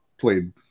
played